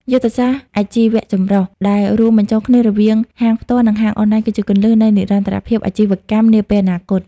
យុទ្ធសាស្ត្រអាជីវចម្រុះ ដែលរួមបញ្ចូលគ្នារវាងហាងផ្ទាល់ និងហាងអនឡាញ គឺជាគន្លឹះនៃនិរន្តរភាពអាជីវកម្មនាពេលអនាគត។